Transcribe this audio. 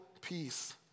peace